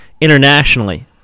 internationally